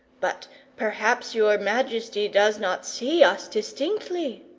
but perhaps your majesty does not see us distinctly.